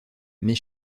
mes